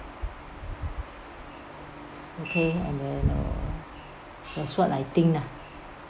okay and then uh that's what I think nah